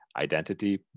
Identity